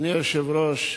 אדוני היושב-ראש,